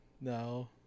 No